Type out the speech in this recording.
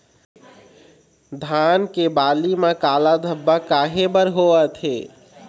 धान के बाली म काला धब्बा काहे बर होवथे?